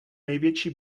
největší